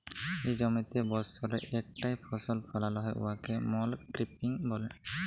যে জমিতে বসরে ইকটই ফসল ফলাল হ্যয় উয়াকে মলক্রপিং ব্যলে